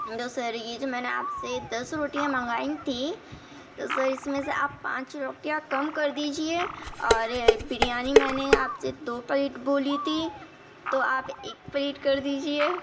جو سر یہ جو میں نے آپ سے دس روٹیاں منگائیں تھیں تو سر اس میں سے آپ پانچ روٹیاں کم کر دیجیے اور بریانی میں نے آپ سے دو پلیٹ بولی تھی تو آپ ایک پلیٹ کر دیجیے